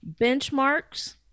benchmarks